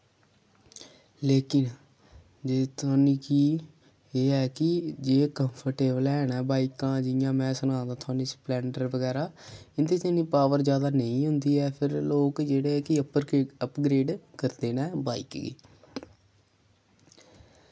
लेकिन जे थोआनी कि एह् ऐ कि जे कम्फर्टेबल हैन बाइकां जि'यां मैं सना ना थोआनी स्प्लैंडर बगैरा इं'दे च इन्नी पावर ज्यादा नेईं होंदी ऐ फिर लोक जेह्ड़े कि अप्पर के अपग्रेड करदे न बाइक गी